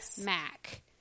Mac